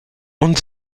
und